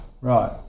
Right